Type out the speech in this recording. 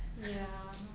ya